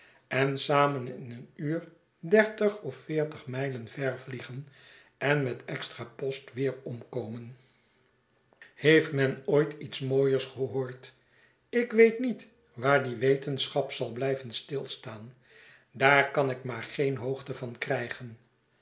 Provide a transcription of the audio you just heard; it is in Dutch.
en samen in een uur dertig of veertig mijlen ver vliegen en met extra post weeromkomen heeft men ooitiets mooiers gehoord ik weet niet waar die wetenschap zal blijven stilstaan daar kan ik maar geen hoogte van krijgen